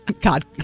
God